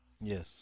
Yes